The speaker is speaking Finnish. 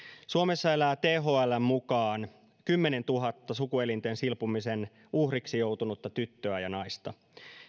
suomessa elää thln mukaan kymmenentuhannen sukuelinten silpomisen uhriksi joutunutta tyttöä ja naista